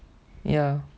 ya